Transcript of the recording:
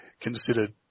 considered